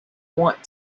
want